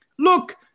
Look